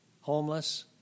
Homeless